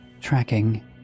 tracking